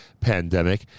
pandemic